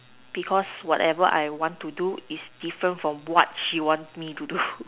because whatever I want to do is different from what she want me to do